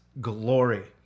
glory